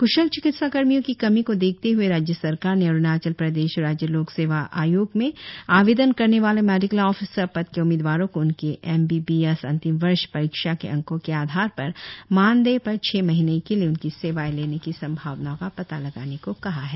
क्शल चिकित्सा कर्मियो की कमी को देखते हुए राज्य सरकार ने अरुणाचल प्रदेश राज्य लोक सेवा आयोग में आवेदन करने वाले मेडिकल ऑफिसर पद के उम्मीदवारों को उनके एम बी बी एस अंतिम वर्ष परीक्षा के अंको के आधार पर मानदेय पर छह महिने के लिए उनकी सेवाएं लेने की संभावनाओ का पता लगाने को कहा है